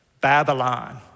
Babylon